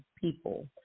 people